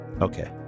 Okay